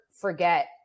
forget